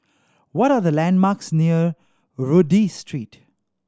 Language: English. what are the landmarks near Rodyk Street